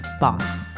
boss